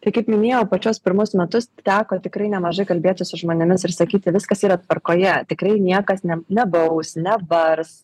tai kaip minėjau pačius pirmus metus teko tikrai nemažai kalbėtis su žmonėmis ir sakyti viskas yra tvarkoje tikrai niekas ne nebaus nebars